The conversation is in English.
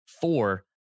four